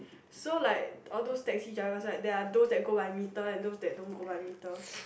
so like all those taxi drivers right they are those that go by meter and those that don't go by meter